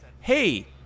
Hey